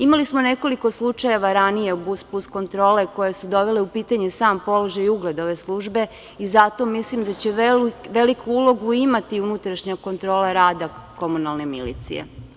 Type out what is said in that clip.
Imali smo nekoliko slučajeva ranije "Bus plus" kontrole koje su dovele u pitanje sam položaj i ugled ove službe i zato mislim da će veliku ulogu imati unutrašnja kontrola rada komunalne milicije.